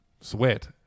Sweat